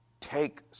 Take